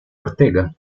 ortega